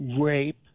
rape